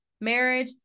marriage